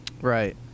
right